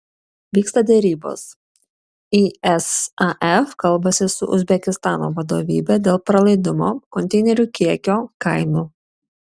vyksta derybos isaf kalbasi su uzbekistano vadovybe dėl pralaidumo konteinerių kiekio kainų